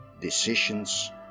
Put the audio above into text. decisions